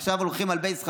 ועכשיו הולכים על בייס חדש: